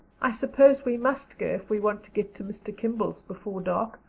i suppose we must go if we want to get to mr. kimball's before dark.